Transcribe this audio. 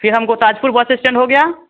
फ़िर हमको Tajpur bus stand हो गया